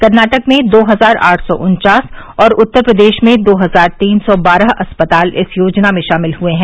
कर्नाटक में दो हजार आठ सौ उन्वास और उत्तर प्रदेश में दो हजार तीन सौ बारह अस्पताल इस योजना में शामिल हुए हैं